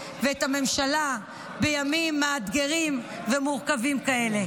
ואת הממשלה בימים מאתגרים ומורכבים כאלה,